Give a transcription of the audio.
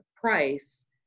price